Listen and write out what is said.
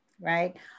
right